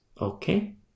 okay